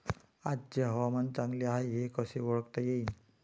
आजचे हवामान चांगले हाये हे कसे ओळखता येईन?